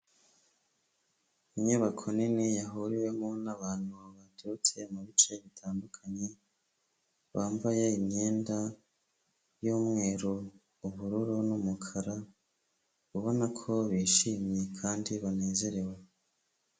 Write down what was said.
Inyubako nini yahuriwemo nabantu baturutse mubi bice bitandukanye ,bambaye imyenda y'umweru ubururu n'umukara ubona ko bishimye kandi banezerewe.